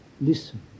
Listen